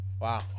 Wow